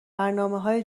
برنامههای